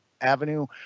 avenue